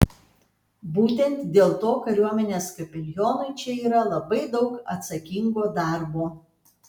būtent dėl to kariuomenės kapelionui čia yra labai daug atsakingo darbo